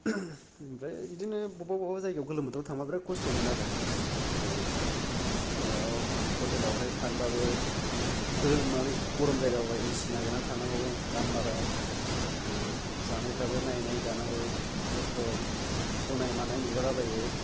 ओमफ्राय बिदिनो बबावबा बबावबा जायगायाव गोलोम बोथोराव थांबा बेराथ खस्थ' मोनो आरो माबायाव हतेलावहाय थानोबाबो गोरोम मानि गरम जायगायाव ए सि नागिरनानै थानांगौ दाम बारा जानाय फ्राबो नायै नायै जानांगौ खस्थ' सेवनाय मानाय मोनजाला बायो